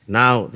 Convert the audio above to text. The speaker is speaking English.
now